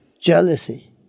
jealousy